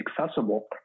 accessible